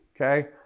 Okay